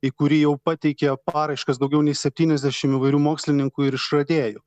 į kurį jau pateikė paraiškas daugiau nei septyniasdešimt įvairių mokslininkų ir išradėjų